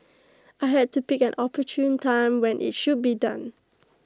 I had to pick an opportune time when IT should be done